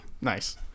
Nice